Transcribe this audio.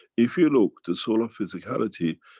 if you look the soul of physicality,